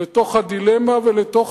לתוך הדילמה ולתוך